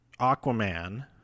Aquaman